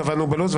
קבענו בלו"ז,